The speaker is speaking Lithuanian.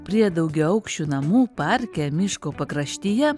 prie daugiaaukščių namų parke miško pakraštyje